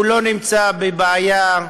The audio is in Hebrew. הוא לא נמצא בבעיה,